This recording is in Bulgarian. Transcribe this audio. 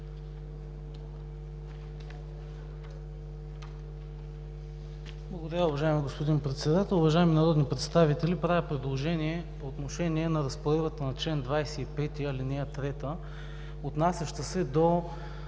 Благодаря Ви, уважаеми господин Председател, уважаеми народни представители! Правя предложение по отношение на Разпоредбата на чл. 25, ал. 3, отнасяща се до